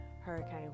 Hurricane